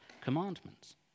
commandments